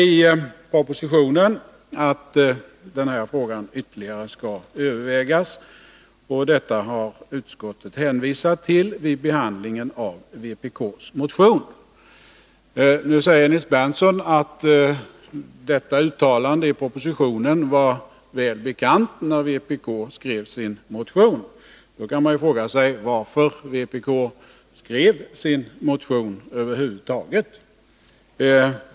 I propositionen sägs att denna fråga ytterligare skall övervägas. Detta har utskottet hänvisat till vid sin behandling av vpk:s motion. Nils Berndtson säger att detta uttalande i propositionen var väl bekant när vpk skrev sin motion. Då kan man ju fråga sig varför vpk skrev motionen över huvud taget.